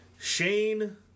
Shane